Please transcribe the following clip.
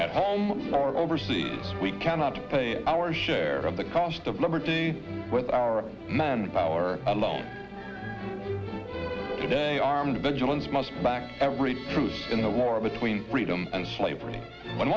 at home or overseas we cannot pay our share of the cost of liberty with our men power alone today armed vigilance must back every troop in the war between freedom and slavery when